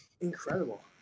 Incredible